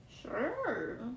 Sure